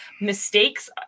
Mistakes